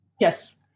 Yes